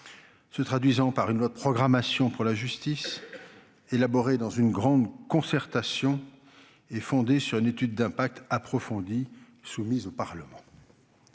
se traduisant par un projet de loi de programmation pour la justice, élaboré dans une grande concertation et fondé sur une étude d'impact approfondie, soumise au Parlement.